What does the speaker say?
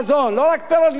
לא רק פירות וירקות,